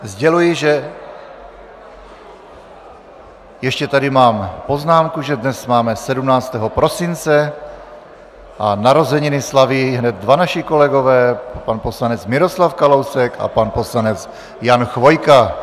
Sděluji, že ještě tady mám poznámku, že dnes máme 17. prosince a narozeniny slaví hned dva naši kolegové, pan poslanec Miroslav Kalousek a pan poslanec Jan Chvojka.